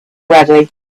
ready